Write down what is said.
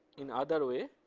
in other way